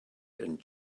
and